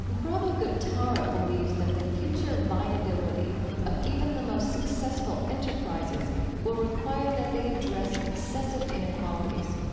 and prabhu guptara believes that the future viability of even the most successful enterprises will require that they address excessive inequalities.